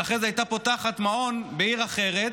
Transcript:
ואחרי זה הייתה פותחת מעון בעיר אחרת.